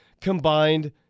combined